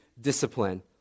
discipline